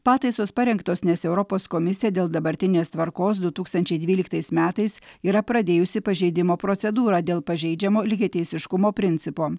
pataisos parengtos nes europos komisija dėl dabartinės tvarkos du tūkstančiai dvyliktais metais yra pradėjusi pažeidimo procedūrą dėl pažeidžiamo lygiateisiškumo principo